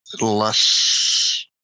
less